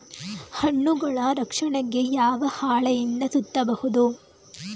ಹಣ್ಣುಗಳ ರಕ್ಷಣೆಗೆ ಯಾವ ಹಾಳೆಯಿಂದ ಸುತ್ತಬಹುದು?